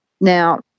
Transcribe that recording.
Now